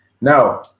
Now